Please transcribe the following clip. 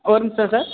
ஒரு நிமிடம் சார்